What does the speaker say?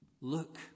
Look